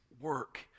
work